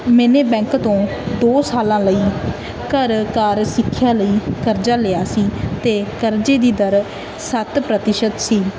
ਮੈਨੇ ਬੈਂਕ ਤੋਂ ਦੋ ਸਾਲਾਂ ਲਈ ਘਰ ਕਾਰ ਸਿੱਖਿਆ ਲਈ ਕਰਜ਼ਾ ਲਿਆ ਸੀ ਅਤੇ ਕਰਜ਼ੇ ਦੀ ਦਰ ਸੱਤ ਪ੍ਰਤੀਸ਼ਤ ਸੀ